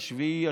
השביעי,